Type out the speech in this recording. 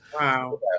wow